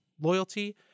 loyalty